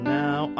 now